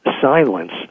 silence